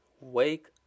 Wake